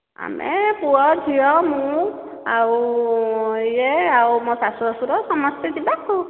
ଆମେ ପୁଅ ଝିଅ ମୁଁ ଆଉ ଇଏ ଆଉ ମୋ ଶାଶୁ ଶ୍ଵଶୁର ସମସ୍ତେ ଯିବା